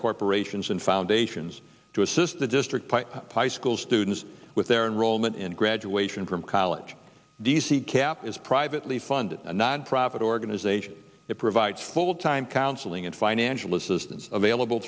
corporations and foundations to assist the district high school students with their enrollment and graduation from college d c cap is privately funded a nonprofit organization that provides full time counseling and financial assistance available